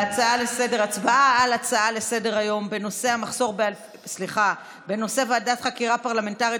להצבעה על הצעה לסדר-היום בנושא ועדת חקירה פרלמנטרית